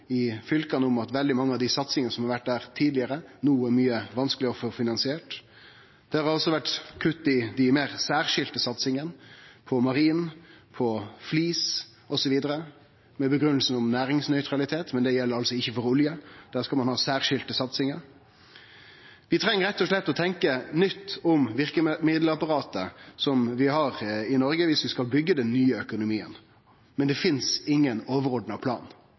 i fylka, er mykje vanskelegare å få finansiert no. Det har også vore kutt i dei meir særskilde satsingane – på marin, på flis, osv., med grunngivinga næringsnøytralitet, men det gjeld altså ikkje for olje. Der skal ein ha særskilde satsingar. Viss vi skal byggje den nye økonomien, treng vi rett og slett å tenkje nytt om verkemiddelapparatet vi har i Noreg, men det finst ingen overordna plan.